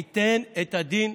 ייתן את הדין.